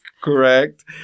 Correct